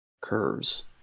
curves